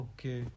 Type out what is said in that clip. Okay